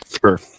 Sure